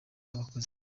abakozi